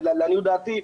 לעניות דעתי,